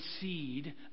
seed